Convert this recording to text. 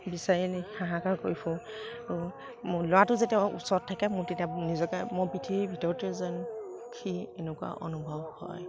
বিচাৰি এনেই হাহাকাৰ কৰি ফুৰোঁ মোৰ ল'ৰাটো যেতিয়া ওচৰত থাকে মোৰ তেতিয়া নিজকে মোৰ পৃথিৱীৰ ভিতৰতে যেন সুখী এনেকুৱা অনুভৱ হয়